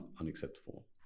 unacceptable